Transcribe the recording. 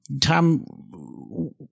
Tom